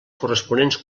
corresponents